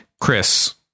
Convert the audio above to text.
Chris